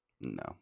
No